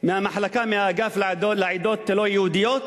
מהאגף לעדות לא-יהודיות,